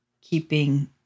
keeping